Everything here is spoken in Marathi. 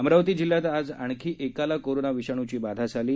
अमरावती जिल्ह्यात आज आणखी एकाला कोरोना विषाणूची बाधा झाली आहे